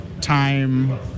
time